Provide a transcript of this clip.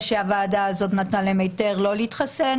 שהוועדה הזאת נתנה להם היתר לא להתחסן.